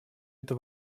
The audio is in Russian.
это